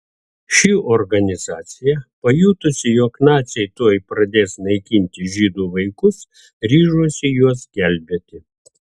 ši organizacija pajutusi jog naciai tuoj pradės naikinti žydų vaikus ryžosi juos gelbėti